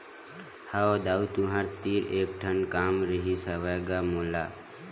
हव दाऊ तुँहर तीर एक ठन काम रिहिस हवय गा मोला